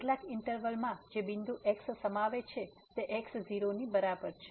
કેટલાક ઈન્ટરવલ માં જે બિંદુ x સમાવે છે તે x0 ની બરાબર છે